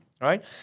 right